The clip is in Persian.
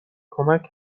کمک